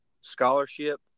scholarship